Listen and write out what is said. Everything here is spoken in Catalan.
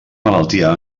malaltia